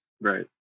Right